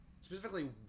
specifically